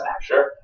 Sure